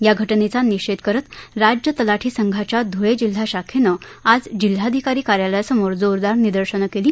या घटनेचा निषेध करत राज्य तलाठी संघाच्या ध्ळे जिल्हा शाखेने आज जिल्हाधिकारी कार्यालयासमोर जोरदार निदर्शनं केली